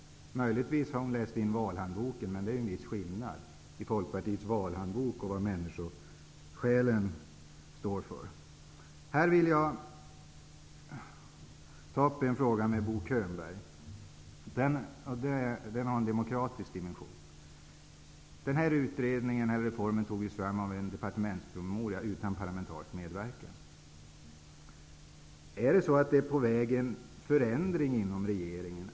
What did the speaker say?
Möjligtvis har hon läst in valhandboken, men det är en viss skillnad mellan Folkpartiets valhandbok och det som människosjälen står för. Jag vill ta upp en fråga med Bo Könberg. Den har en demokratisk dimension. Den här reformen togs fram från en departementspromemoria, utan parlamentarisk medverkan. Är en förändring på väg inom regeringen?